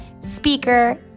speaker